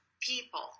people